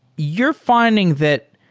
you're finding that